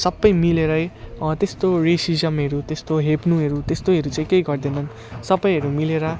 सबै मिलेरै त्यस्तो रेसिजमहरू त्यस्तो हेप्नुहरू त्यस्तोहरू चाहिँ केही गर्दैनन् सबैहरू मिलेर